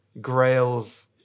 grails